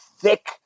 thick